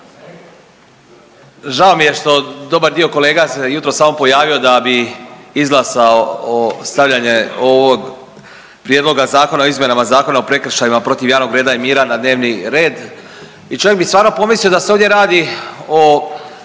Žao mi je što dobar dio kolega se jutros samo pojavio da bi izglasao stavljanje ovog Prijedloga Zakona o izmjenama Zakona o prekršajima protiv javnog reda i mira na dnevni red i čovjek bi stvarno pomislio da se ovdje radi o